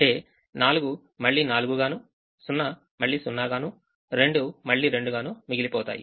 అంటే 4 మళ్ళీ 4 గాను 0 మళ్ళీ 0 గాను 2 మళ్లీ 2 గాను మిగిలిపోతాయి